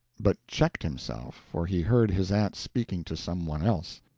but checked himself, for he heard his aunt speaking to some one else.